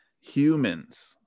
humans